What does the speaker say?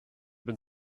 been